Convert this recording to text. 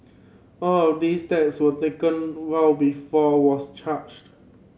all of these steps were taken well before was charged